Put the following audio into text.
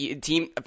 team